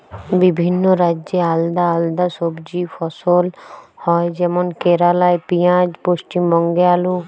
বিভিন্ন রাজ্যে আলদা আলদা সবজি ফসল হয় যেমন কেরালাই পিঁয়াজ, পশ্চিমবঙ্গে আলু